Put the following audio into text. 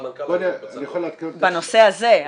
--- בנושא הזה,